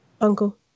Uncle